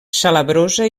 salabrosa